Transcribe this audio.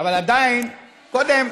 אבל עדיין, קודם,